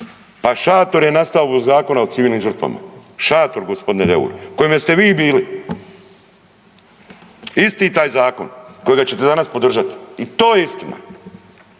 Pa šator je nastao zbog Zakona o civilnim žrtvama, šator gospodine Deur, u kojeme ste vi bili, isti taj Zakon kojega ćete danas podržati i to je istina.